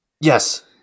Yes